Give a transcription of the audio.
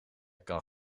kan